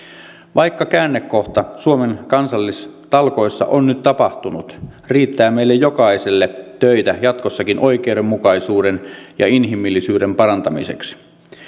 vaikka käännekohta suomen kansallistalkoissa on nyt tapahtunut riittää meille jokaiselle töitä jatkossakin oikeudenmukaisuuden ja inhimillisyyden parantamiseksi